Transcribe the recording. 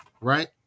right